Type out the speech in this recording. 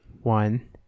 one